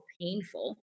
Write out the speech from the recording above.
painful